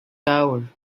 tower